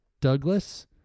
Douglas